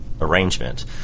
arrangement